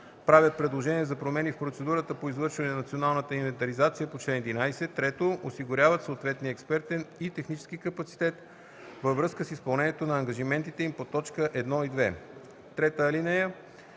правят предложения за промени в процедурата по извършване на националната инвентаризация по чл. 11; 3. осигуряват съответния експертен и технически капацитет във връзка с изпълнението на ангажиментите им по т. 1 и 2. (3) В